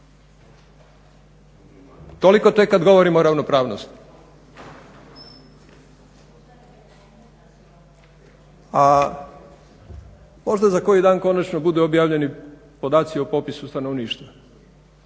Toliko tek kada govorimo o ravnopravnosti. A možda za koji dan konačno budu objavljeni podaci o popisu stanovništva,